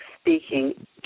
speaking